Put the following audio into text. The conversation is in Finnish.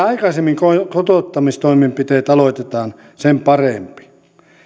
aikaisemmin kotouttamistoimenpiteet aloitetaan sen parempi